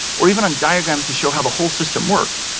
or even on diagrams to show how the whole system worked.